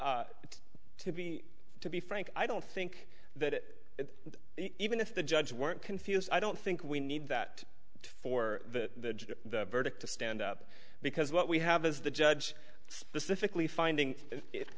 it's to be to be frank i don't think that even if the judge weren't confused i don't think we need that for the verdict to stand up because what we have is the judge specifically finding